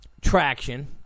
traction